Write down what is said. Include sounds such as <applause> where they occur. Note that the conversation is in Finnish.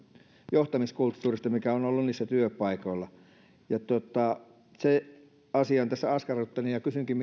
johtamiskulttuurista mikä on ollut niillä työpaikoilla se asia on tässä askarruttanut ja kysynkin <unintelligible>